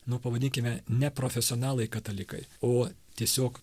nu pavadinkime neprofesionalai katalikai o tiesiog